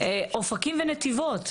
אופקים ונתיבות.